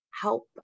help